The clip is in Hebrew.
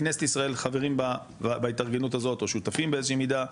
בכנסת ישראל חברים בהתארגנות הזאת או שותפים באיזושהי מידה,